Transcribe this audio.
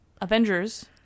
Avengers